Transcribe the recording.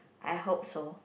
I hope so